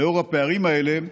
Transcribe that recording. על פי הפערים האלה,